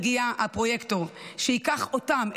כשיגיע הפרויקטור שייקח אותם,